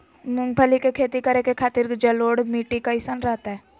मूंगफली के खेती करें के खातिर जलोढ़ मिट्टी कईसन रहतय?